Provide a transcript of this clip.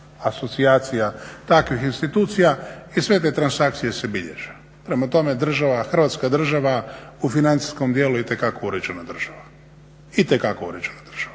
asocijacija takvih institucija i sve te transakcije se bilježe. Prema tome, država, Hrvatska država u financijskom dijelu itekako uređena država, itekako uređena država.